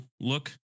look